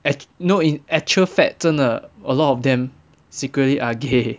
act~ no in actual fact 真的 a lot of them secretly are gay